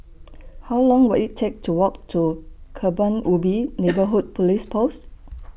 How Long Will IT Take to Walk to Kebun Ubi Neighbourhood Police Post